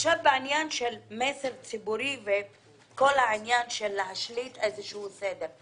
עכשיו בעניין של מסר ציבורי וכל העניין של להשליט סדר.